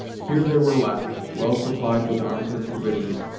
here they were left, well supplied with arms and provisions,